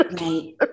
Right